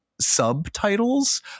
subtitles